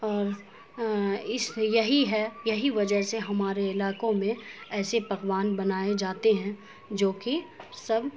اور اس یہی ہے یہی وجہ سے ہمارے علاقوں میں ایسے پکوان بنائے جاتے ہیں جو کہ سب